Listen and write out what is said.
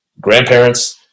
grandparents